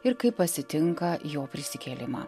ir kaip pasitinka jo prisikėlimą